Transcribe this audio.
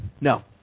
No